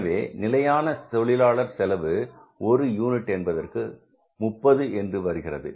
எனவே நிலையான தொழிலாளர் செலவு ஒரு யூனிட் என்பதற்கு 30 என்று வருகிறது